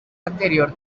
anterior